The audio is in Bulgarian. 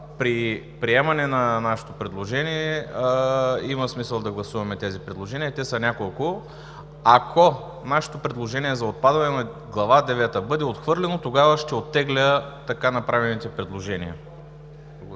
при приемане на нашето предложение има смисъл да гласуваме тези предложения. Те са няколко. Ако нашето предложение за отпадане на Глава девета бъде отхвърлено, тогава ще оттегля така направените предложения.